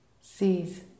sees